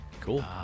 cool